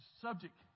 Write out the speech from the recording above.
subject